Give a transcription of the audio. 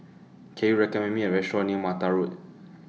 Can YOU recommend Me A Restaurant near Mattar Road